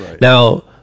Now